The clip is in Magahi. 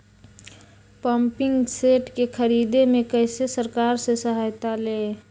पम्पिंग सेट के ख़रीदे मे कैसे सरकार से सहायता ले?